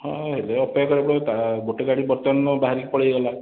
ହଁ ଏବେ ଅପେକ୍ଷା କରିବାକୁ ପଡ଼ିବ ତାହା ଗୋଟେ ଗାଡ଼ି ବର୍ତ୍ତମାନ ବାହାରିକି ପଳାଇଗଲା